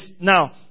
Now